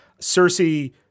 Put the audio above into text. Cersei